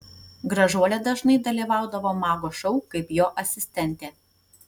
gražuolė dažnai dalyvaudavo mago šou kaip jo asistentė